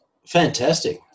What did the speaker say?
fantastic